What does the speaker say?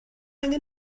angen